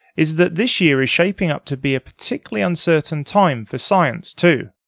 is that this year is shaping up to be a particularly uncertain time for science too.